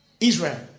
Israel